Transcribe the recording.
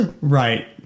Right